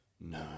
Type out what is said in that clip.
No